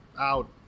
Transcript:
out